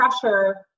pressure